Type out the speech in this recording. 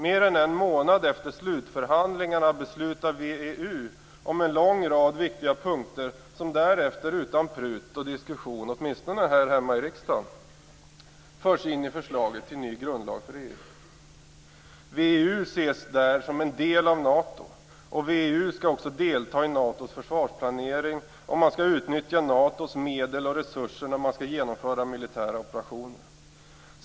Mer än en månad efter slutförhandlingarna beslutar VEU om en lång rad viktiga punkter som därefter utan prut och diskussion, åtminstone här hemma i riksdagen, förs in i förslaget till ny grundlag för EU. VEU ses där som en del av Nato och VEU skall också delta i Natos försvarsplanering. Man skall utnyttja Natos medel och resurser när man skall genomföra militära operationer.